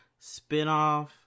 spinoff